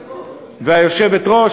והיושבת-ראש.